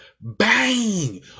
Bang